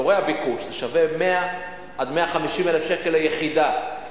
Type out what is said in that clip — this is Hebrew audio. באזורי הביקוש זה שווה 100,000 150,000 שקל ליחידה,